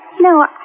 no